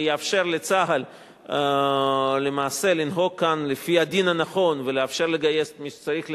ויאפשר לצה"ל למעשה לנהוג כאן לפי הדין הנכון ולגייס את מי שצריך לגייס,